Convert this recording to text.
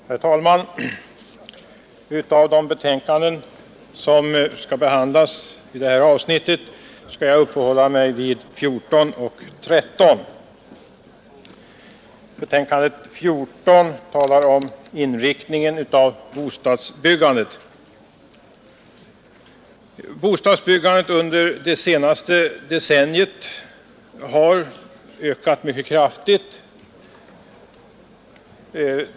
Herr talman! Av de betänkanden som skall behandlas i detta avsnitt skall jag uppehålla mig vid nr 13 och nr 14. I betänkandet nr 14 behandlas bostadsbyggandets inriktning. Under det senaste decenniet har bostadsbyggandet ökat mycket kraftigt.